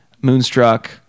moonstruck